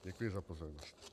Děkuji za pozornost.